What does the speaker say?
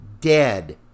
dead